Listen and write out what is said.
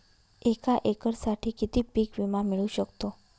एका एकरसाठी किती पीक विमा मिळू शकतो?